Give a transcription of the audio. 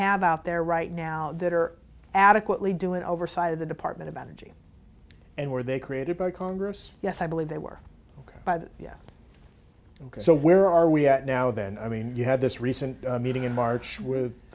have out there right now that are adequately doing oversight of the department of energy and where they created by congress yes i believe they were by the so where are we at now then i mean you had this recent meeting in march with